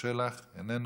איימן עודה, איננו,